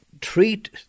Treat